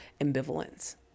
ambivalence